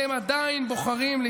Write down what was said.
ואתם עדיין בוחרים,